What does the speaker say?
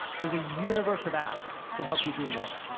there's a universe of apps to help you do more.